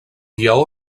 lleó